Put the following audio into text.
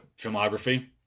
filmography